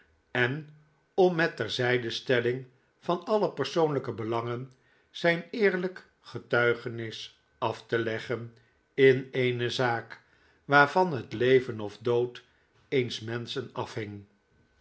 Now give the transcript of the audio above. en om met terzijdestelling van alle persoonlijke belangen zijn eerlijk getuigenis af te leggen in eene zaak waarvan het leven of dood eens menschen afhing